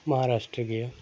মহারাষ্ট্রে গিয়ে